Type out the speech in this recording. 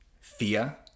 fear